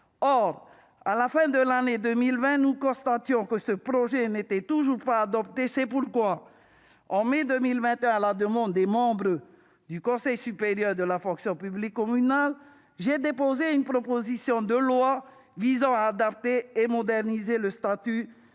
Or, à la fin de l'année 2020, nous constations que ce projet n'était toujours pas adopté. C'est pourquoi, en mai 2021, à la demande des membres du Conseil supérieur de la fonction publique communale, j'ai déposé une proposition de loi visant à adapter et à moderniser le statut de la fonction